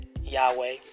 Yahweh